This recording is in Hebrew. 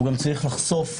הוא צריך לחשוף,